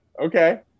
okay